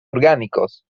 orgánicos